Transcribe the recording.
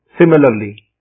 similarly